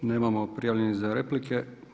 Nemamo prijavljenih za replike.